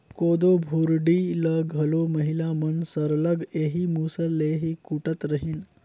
कोदो भुरडी ल घलो महिला मन सरलग एही मूसर ले ही कूटत रहिन